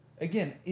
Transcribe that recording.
again